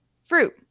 fruit